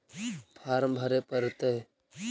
Farm भरे परतय?